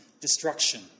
destruction